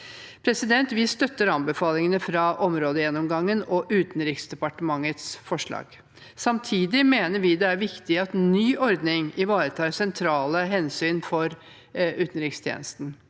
Vi støtter anbefalingene fra områdegjennomgangen og Utenriksdepartementets forslag. Samtidig er det viktig at ny ordning ivaretar sentrale hensyn for utenrikstjenesten.